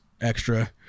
extra